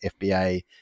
fba